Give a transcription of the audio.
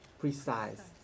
precise